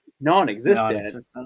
non-existent